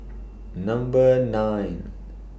Number nine